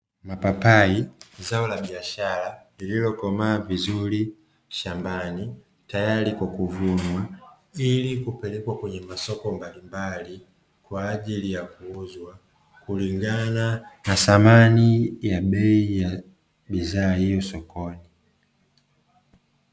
Mapapai ni zao la biashara lililokomaa vizuri shambani, tayari kwa kuvunwa ili kupelekwa kwenye masoko mbalimbali kwa ajili ya kuuzwa, kulingana na thamani ya bei ya bidhaa hiyo sokoni.